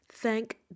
Thank